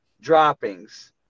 droppings